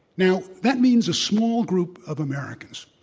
now, that means a small group of americans,